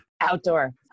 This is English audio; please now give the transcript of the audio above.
Outdoor